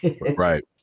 Right